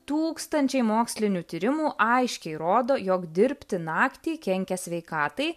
tūkstančiai mokslinių tyrimų aiškiai rodo jog dirbti naktį kenkia sveikatai